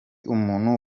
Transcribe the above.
umuntu